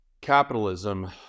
capitalism